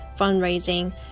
fundraising